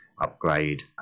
upgrade